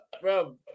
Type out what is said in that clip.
bro